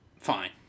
Fine